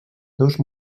dos